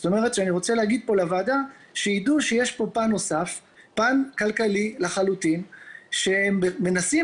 זאת אומרת שיש פה פן נוסף כלכלי לחלוטין שהם מנסים